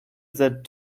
that